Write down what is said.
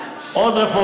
33.2. עוד רפורמה.